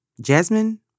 Jasmine